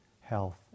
health